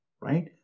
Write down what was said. right